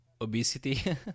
Obesity